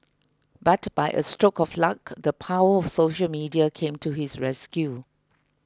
but by a stroke of luck the power of social media came to his rescue